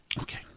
Okay